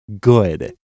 good